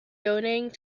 donating